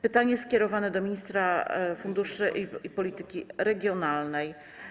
Pytanie skierowane do ministra funduszy i polityki regionalnej.